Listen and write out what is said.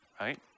right